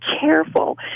careful